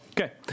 Okay